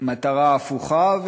המטרה ההפוכה,